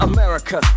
America